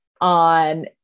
On